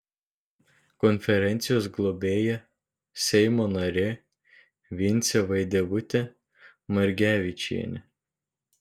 konferencijos globėja seimo narė vincė vaidevutė margevičienė